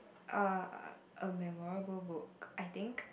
err a memorable book I think